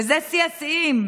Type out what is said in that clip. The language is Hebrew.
שזה שיא השיאים,